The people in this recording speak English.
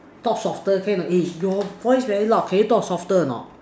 talk softer can not eh your voice very loud can you talk softer or not